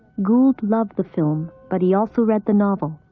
gould loved the film, but he also read the novel,